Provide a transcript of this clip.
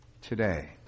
today